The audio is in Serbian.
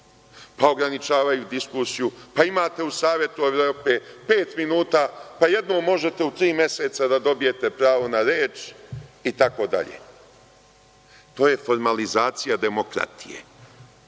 Pa, ograničavaju diskusiju, pa imate u Savetu Evrope pet minuta, pa jednom možete u tri meseca da dobijete pravo na reč itd. To je formalizacija demokratije.